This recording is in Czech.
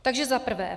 Takže za prvé.